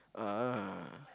ah